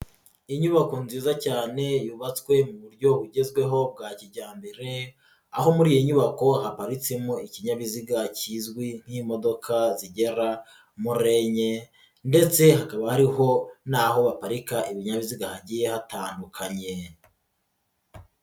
Inyubako nziza cyane yubatswe mu buryo bugezweho bwa kijyambere aho muri iyi nyubako haparitsemo ikinyabiziga kizwi nk'imodoka zigera muri enye ndetse hakaba hariho naho baparika ibinyabiziga hagiye hatandukanye.